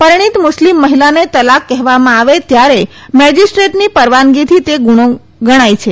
પરિણીત મુસ્લિમ મહિલાને તલાક કહેવામાં આવે ત્યારે મેજીસ્ટ્રેટની પરવાનગીથી તે ગુનો ગણાય છે